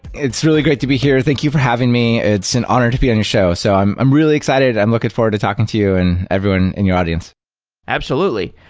it's really great to be here. thank you for having me. it's an honor to be on your show. so i'm i'm really excited. i'm looking forward to talking to you and everyone in your audience absolutely.